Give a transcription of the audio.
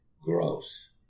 gross